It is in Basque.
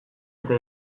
eta